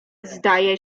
zdaje